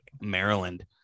Maryland